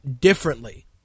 differently